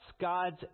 God's